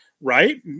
right